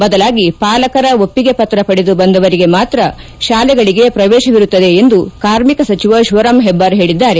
ಬದಲಾಗಿ ಪಾಲಕರ ಒಪ್ಪಿಗೆ ಪತ್ರ ಪಡೆದು ಬಂದವರಿಗೆ ಮಾತ್ರ ಶಾಲೆಗಳಿಗೆ ಶ್ರವೇತವಿರುತ್ತದೆ ಎಮದು ಕಾರ್ಮಿಕ ಸಚಿವ ಶಿವರಾಂ ಹೆಬ್ದಾರ್ ಹೇಳದ್ದಾರೆ